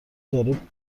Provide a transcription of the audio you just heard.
داره